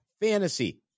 fantasy